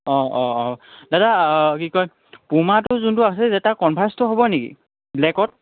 অঁ অঁ অঁ দাদা কি কয় পুমাটো যোনটো আছে যে তাৰ কনভাৰ্চটো হ'ব নেকি ব্লেকত